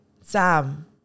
Sam